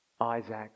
Isaac